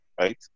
right